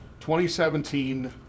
2017